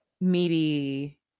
meaty